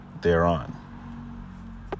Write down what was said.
thereon